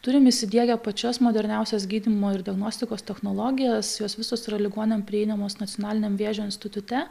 turim įsidiegę pačias moderniausias gydymo ir diagnostikos technologijas jos visos yra ligoniams prieinamos nacionaliniam vėžio institute